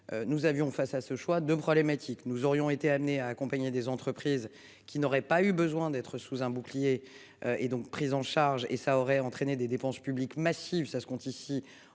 Nous avions face à ce choix de problématique, nous aurions été amenés à accompagner des entreprises qui n'aurait pas eu besoin d'être sous un bouclier. Et donc prise en charge et ça aurait entraîné des dépenses publiques massives. Ça se compte ici